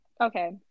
okay